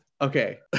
okay